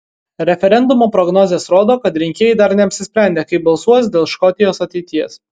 referendumo prognozės rodo kad rinkėjai dar neapsisprendę kaip balsuos dėl škotijos ateities